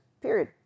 period